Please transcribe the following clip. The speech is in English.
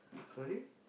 sorry